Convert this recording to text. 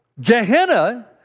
Gehenna